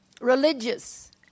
religious